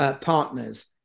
partners